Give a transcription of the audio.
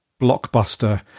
blockbuster